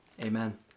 Amen